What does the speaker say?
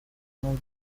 лбу